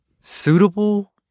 suitable